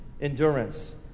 Endurance